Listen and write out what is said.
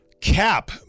cap